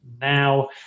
now